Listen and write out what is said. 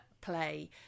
play